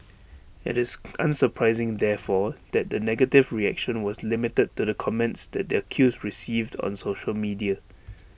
IT is unsurprising therefore that the negative reaction was limited to the comments that the accused received on social media